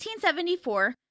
1874